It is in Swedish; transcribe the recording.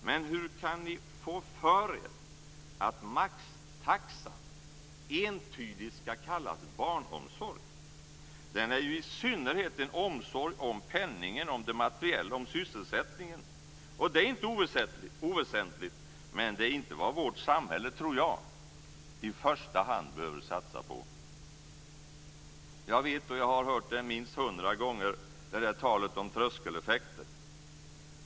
Men hur kan ni få för er att maxtaxan entydigt ska kallas barnomsorg? Den är ju i synnerhet en omsorg om penningen, om det materiella och om sysselsättningen. Det är inte oväsentligt, men det är inte vad vårt samhälle, tror jag, i första hand behöver satsa på. Jag vet och har hört det minst hundra gånger, det där talet om tröskeleffekter.